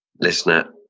listener